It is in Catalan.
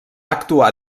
actuar